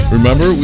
Remember